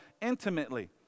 intimately